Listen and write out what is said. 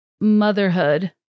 motherhood